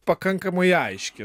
pakankamai aiški